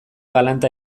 galanta